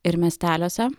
ir miesteliuose